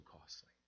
costly